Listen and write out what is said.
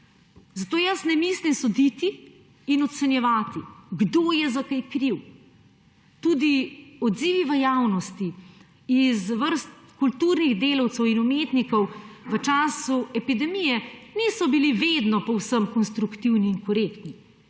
Zato ne mislim soditi in ocenjevati, kdo je za kaj kriv. Tudi odzivi v javnosti iz vrst kulturnih delavcev in umetnikov v času epidemije niso bili vedno povsem konstruktivni in korektni.